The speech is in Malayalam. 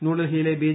ന്യൂഡൽഹിയിലെ ബി